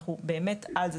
אנחנו באמת על זה.